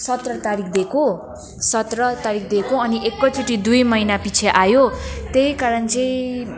सत्र तारिक दिएको सत्र तारिक दिएको अनि एकैचोटि दुई महिनापिच्छे आयो त्यही कारण चाहिँ